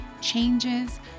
changes